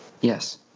Yes